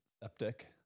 septic